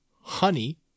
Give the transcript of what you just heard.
Honey